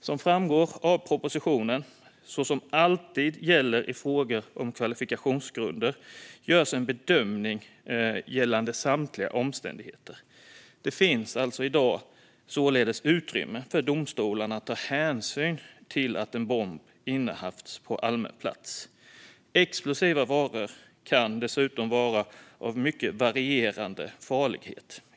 Som framgår av propositionen ska det, så som alltid gäller i fråga om kvalifikationsgrunder, göras en bedömning av samtliga omständigheter. Det finns alltså i dag utrymme för domstolarna att ta hänsyn till att en bomb innehafts på allmän plats. Explosiva varor kan dessutom vara av mycket varierande farlighet.